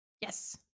yes